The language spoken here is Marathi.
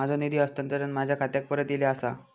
माझो निधी हस्तांतरण माझ्या खात्याक परत इले आसा